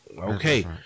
Okay